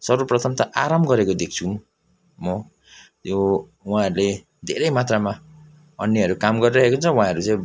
सर्वप्रथम त आराम गरेको देख्छु म यो उहाँहरूले धेरै मात्रामा अन्यहरू काम गरिरहेको हुन्छ उहाँहरू चाहिँ